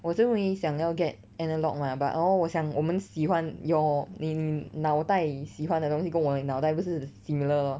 我是认为想要 get analogue mah but hor 我想我们喜欢 your 你脑袋喜欢的东西跟我脑袋不是 similar